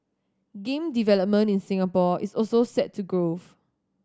game development in Singapore is also set to grow